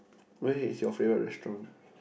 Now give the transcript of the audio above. where is your favourite restaurant